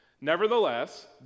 Nevertheless